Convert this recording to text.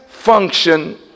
function